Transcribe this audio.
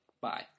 Bye